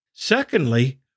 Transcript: Secondly